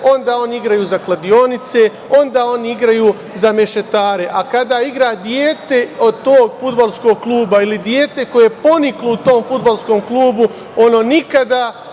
onda oni igraju za kladionice, onda oni igraju za mešetare. Kada igra dete od tog fudbalskog kluba ili dete koje je poniklo u tom fudbalskom klubu, ono nikada